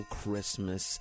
Christmas